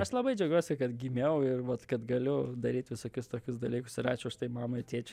aš labai džiaugiuosi kad gimiau ir vat kad galiu daryt visokius tokius dalykus ir ačiū už tai mamai tėčiui